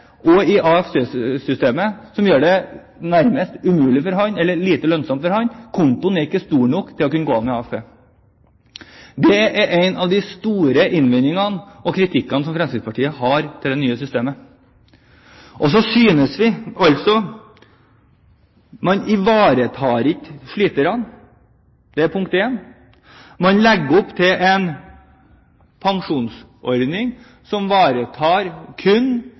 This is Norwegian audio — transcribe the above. i AFP-systemet, noe som vil gjøre det nærmest umulig for ham, eller lite lønnsomt – kontoen er ikke stor nok – å gå av med AFP. Dette er en av de store innvendingene og kritikken som Fremskrittspartiet har når det gjelder det nye systemet. Vi synes at man ikke ivaretar sliterne, som et punkt nr. 1. Man legger opp til en pensjonsordning som kun